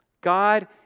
God